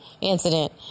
incident